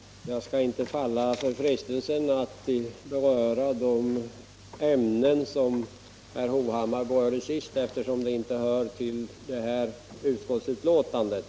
Herr talman! Jag skall inte falla för frestelsen att beröra de ämnen som herr Hovhammar tog upp senast, eftersom de inte hör till det aktuella utskottsbetänkandet.